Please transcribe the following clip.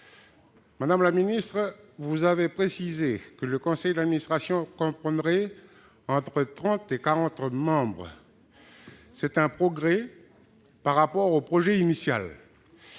Madame la secrétaire d'État, vous avez précisé que le conseil d'administration comprendrait entre 30 et 40 membres. C'est un progrès par rapport au projet initial.